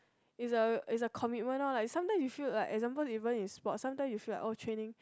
is a is a commitment lor like sometimes you feel like example even in sport sometimes you feel like oh training